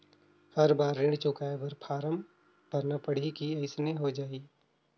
हर बार ऋण चुकाय बर फारम भरना पड़ही की अइसने हो जहीं?